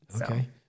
Okay